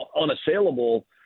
unassailable